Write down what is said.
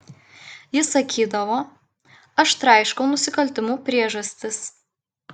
jis sakydavo aš traiškau nusikaltimų priežastis